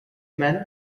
men